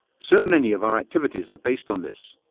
so many of our activities are based on this.